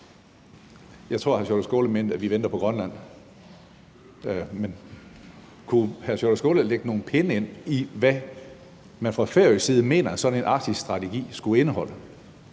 mente, at vi venter på Grønland. Kunne hr. Sjúrður Skaale sige et par ord om, hvad man fra færøsk side mener sådan en arktisk strategi skulle indeholde?